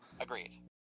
Agreed